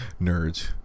nerds